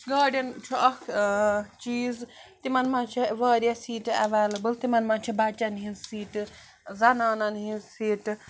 گاڑٮ۪ن چھُ اَکھ چیٖز تِمَن مَنٛز چھِ وارِیاہ سیٖٹہٕ ایولیبل تِمَن منٛز چھِ بَچَن ہِنٛز سیٖٹہٕ زَنانَن ہِنٛز سیٖٹہٕ